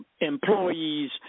employees